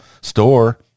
store